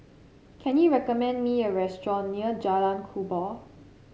can you recommend me a restaurant near Jalan Kubor